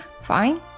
fine